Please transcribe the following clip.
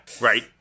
Right